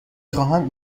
خواهم